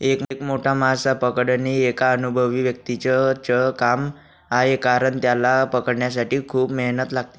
एक मोठा मासा पकडणे एका अनुभवी व्यक्तीच च काम आहे कारण, त्याला पकडण्यासाठी खूप मेहनत लागते